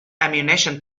ammunition